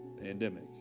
pandemic